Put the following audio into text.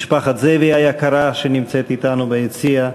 משפחת זאבי היקרה, שנמצאת אתנו ביציע,